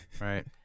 Right